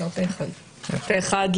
הצבעה התקנות אושרו.